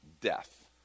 death